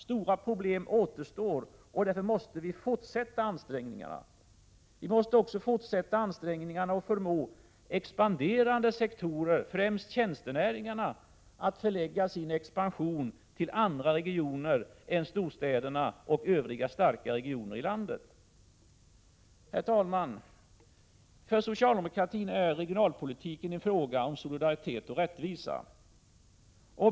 Stora problem återstår. Därför måste vi fortsätta ansträngningarna. Vi måste också fortsätta ansträngningarna att förmå expanderande sektorer, främst tjänstenäringarna, att förlägga sin expansion till andra regioner än storstäderna och övriga starka regioner i landet. Herr talman! För socialdemokratin är regionalpolitiken en fråga om solidaritet och rättvisa.